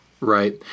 Right